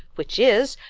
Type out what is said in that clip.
which is,